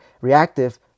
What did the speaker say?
reactive